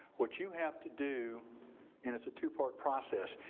what you have to do and it's a two-part process,